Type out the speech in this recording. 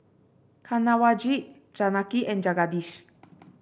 Kanwaljit Janaki and Jagadish